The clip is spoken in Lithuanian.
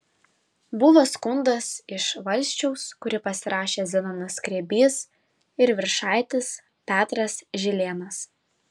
buvo skundas iš valsčiaus kurį pasirašė zenonas skrebys ir viršaitis petras žilėnas